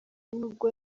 nubwo